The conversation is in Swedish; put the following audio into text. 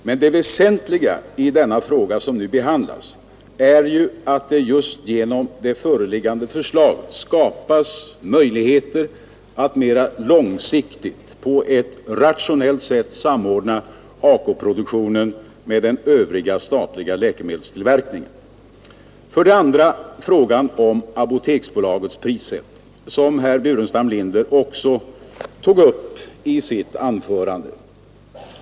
Men det väsentliga i den fråga som nu behandlas är ju att det just genom det föreliggande förslaget skapas möjligheter att mera långsiktigt på ett rationellt sätt samordna ACO-produktionen med den övriga statliga läkemedelstillverkningen. Herr Burenstam Linder tog i sitt anförande också upp frågan om Apoteksbolagets prissättning.